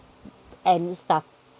and stuff